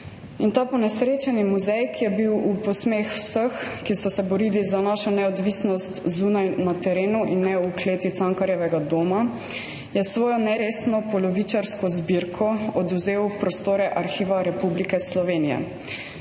Ta ponesrečeni muzej, ki je bil v posmeh vsem, ki so se borili za našo neodvisnost zunaj na terenu, in ne v kleti Cankarjevega doma, je s svojo neresno polovičarsko zbirko odvzel prostore Arhiva Republike Slovenije.